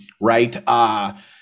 right